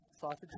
sausage